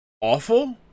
awful